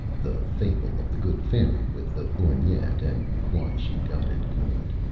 the fable of the good fairy with the lorgnette, and why she got it good